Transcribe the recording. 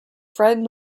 fred